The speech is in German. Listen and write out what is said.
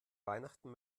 weihnachten